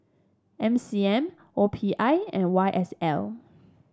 N C M O P I and Y S L